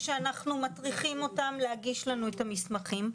שאנחנו מטריחים אותם להגיש לנו את המסמכים,